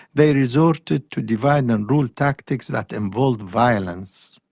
they resorted to divide-and-rule tactics that involved violence.